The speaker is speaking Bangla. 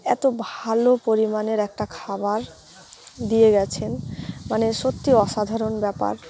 এতো ভালো পরিমাণের একটা খাবার দিয়ে গেছেন মানে সত্যি অসাধারণ ব্যাপার